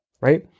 right